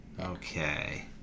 Okay